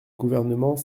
gouvernement